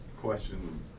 question